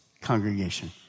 congregation